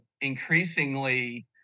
increasingly